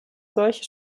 solche